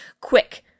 quick